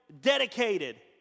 dedicated